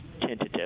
tentative